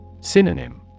Synonym